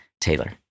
Taylor